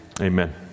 amen